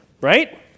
right